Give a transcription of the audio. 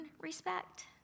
respect